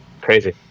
Crazy